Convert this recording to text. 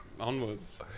onwards